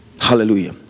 Hallelujah